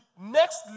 next